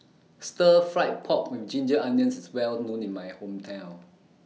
Stir Fried Pork with Ginger Onions IS Well known in My Hometown